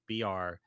BR